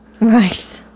Right